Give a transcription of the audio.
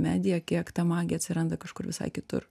medija kiek ta magija atsiranda kažkur visai kitur